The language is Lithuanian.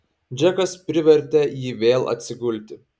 džekas privertė jį vėl atsigulti